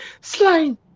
slime